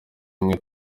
imwe